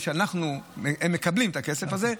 אלא הם מקבלים את הכסף הזה,